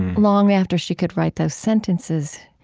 long after she could write those sentences,